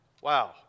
Wow